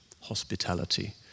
hospitality